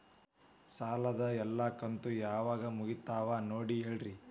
ಸಾಲದ ಎಲ್ಲಾ ಕಂತು ಯಾವಾಗ ಮುಗಿತಾವ ನೋಡಿ ಹೇಳ್ರಿ